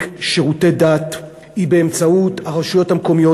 שירותי דת היא באמצעות הרשויות המקומיות,